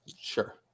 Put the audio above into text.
Sure